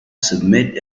submit